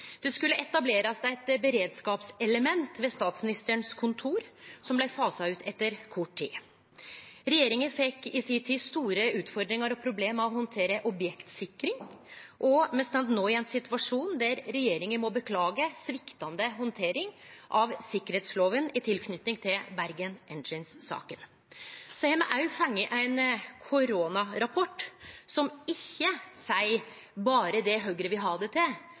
Det skulle etablerast eit beredskapselement ved Statsministerens kontor, som blei fasa ut etter kort tid. Regjeringa fekk i si tid store utfordringar og problem med å handtere objektsikring, og me står no i ein situasjon der regjeringa må beklage sviktande handtering av sikkerheitslova i tilknyting til Bergen Engines-saka. Så har me fått ein koronarapport, som ikkje seier berre det Høgre vil ha det til, at ein her har fått bestått, men som òg viser til